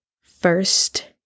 first